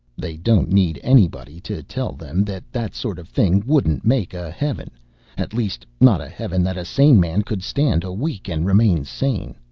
they don't need anybody to tell them that that sort of thing wouldn't make a heaven at least not a heaven that a sane man could stand a week and remain sane.